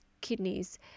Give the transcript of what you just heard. kidneys